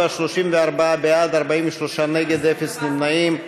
37: 34 בעד, 43 נגד, אפס נמנעים.